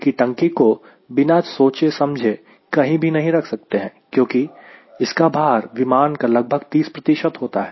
तेल की टंकी को बिना सोचे समझे कहीं भी नहीं रख सकते क्योंकि इसका भार विमान का लगभग 30 होता है